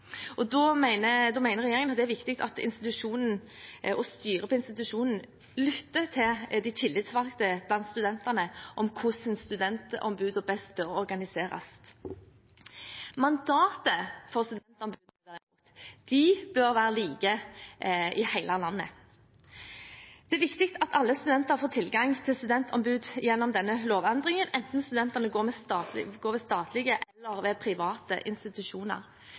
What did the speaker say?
Da mener regjeringen det er viktig at institusjonen og styret for institusjonen lytter til tillitsvalgte blant studentene om hvordan studentombudet best bør organiseres. Mandatet for studentombudene bør være likt i hele landet. Det er viktig at alle studenter får tilgang til studentombud gjennom denne lovendringen, enten de er studenter ved statlige eller ved private institusjoner.